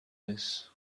this